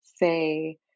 Say